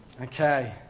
Okay